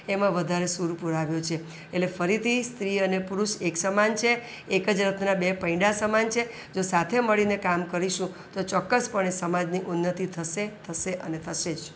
એમાં વધારે સૂર પુરાવ્યો છે એટલે ફરીથી સ્ત્રી અને પુરુષ એક સમાન છે એક જ રથના બે પૈડા સમાન છે જો સાથે મળીને કામ કરીશું તો ચોક્કસપણે સમાજની ઉન્નતિ થશે થશે અને થશે જ